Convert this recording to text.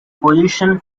position